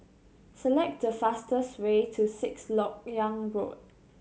select the fastest way to Sixth Lok Yang Road